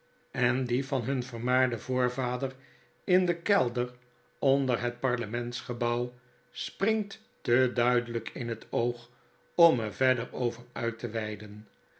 en die van hun vermaarden voorvader in den kelder onder het parlemejitsgebouw springt te duidelijk in het oog om er verder over uit te weiden